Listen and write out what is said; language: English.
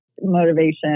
motivation